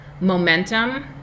momentum